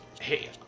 hey